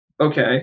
okay